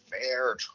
fair